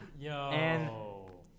Yo